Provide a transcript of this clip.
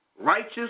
Righteous